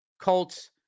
Colts